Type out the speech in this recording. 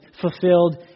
fulfilled